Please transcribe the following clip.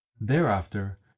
thereafter